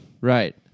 Right